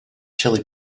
chili